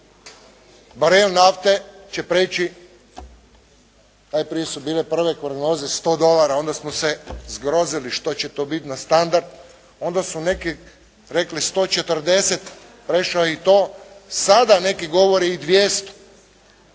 barel nafte će prijeći, najprije su bile prve prognoze 100 dolara, onda smo se zgrozili što će to biti na standard, onda su neki rekli 140, prešlo je i to, sada neki govore i 200.